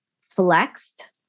flexed